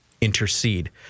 intercede